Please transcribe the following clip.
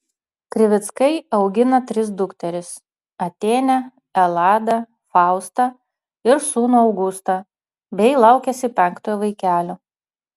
krivickai augina tris dukteris atėnę eladą faustą ir sūnų augustą bei laukiasi penktojo vaikelio